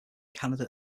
canada